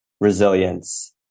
resilience